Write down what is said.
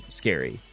scary